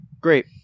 Great